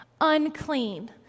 unclean